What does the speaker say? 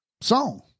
song